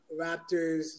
Raptors